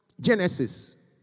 Genesis